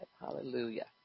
Hallelujah